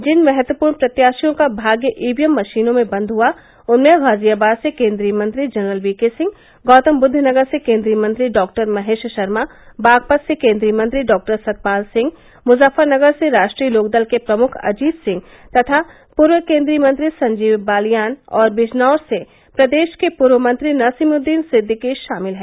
जिन महत्वपूर्ण प्रत्याशियों का भाग्य ईवीएम मशीनों में बन्द हुआ उनमें गाजियाबाद से केन्द्रीय मंत्री जनरल वीके सिंह गौतमबुद्वनगर से केन्द्रीय मंत्री डॉक्टर महेश शर्मा बागपत से केन्द्रीय मंत्री डॉक्टर सतपाल सिंह मुजफ्फरनगर से राष्ट्रीय लोकदल के प्रमुख अजित सिंह तथा पूर्व केन्द्रीय मंत्री संजीव बालियान और बिजनौर से प्रदेश के पूर्व मंत्री नसीमुददीन सिद्दीकी शामिल हैं